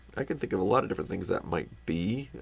i can think of a lot of different things that might be.